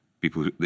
people